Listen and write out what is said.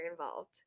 involved